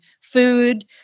food